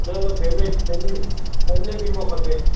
न उहो फ़ेमि फ़ेमिली फ़ेमिली बीमो खपे